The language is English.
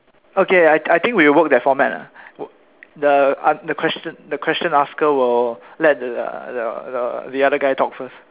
okay I I think we'll work that format lah the uh the question the question asker will let the the the the other guy talk first